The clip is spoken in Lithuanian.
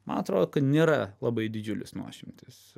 man atrodo kad nėra labai didžiulis nuošimtis